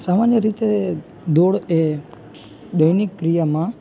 સામાન્ય રીતે દોડ એ દૈનિક ક્રિયામાં મોખરે હોય છે એટલે કે